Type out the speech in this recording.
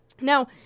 Now